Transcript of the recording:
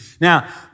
Now